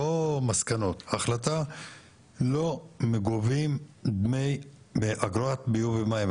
לא מסקנות לא גובים אגרת ביוב ומים.